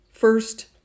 First